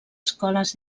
escoles